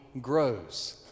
grows